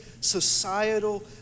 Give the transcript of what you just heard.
societal